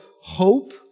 hope